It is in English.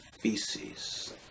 feces